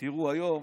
תראו, היום